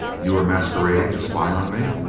you were masquerading to spy on me?